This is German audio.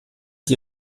die